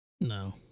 No